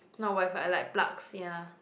not Wi-Fi like plugs ya